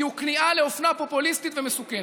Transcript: כי הוא כניעה לאופנה פופוליסטית ומסוכנת.